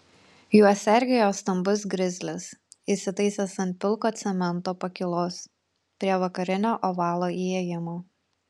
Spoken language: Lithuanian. juos sergėjo stambus grizlis įsitaisęs ant pilko cemento pakylos prie vakarinio ovalo įėjimo